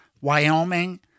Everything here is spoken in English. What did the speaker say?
Wyoming